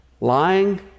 lying